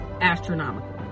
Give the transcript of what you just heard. astronomical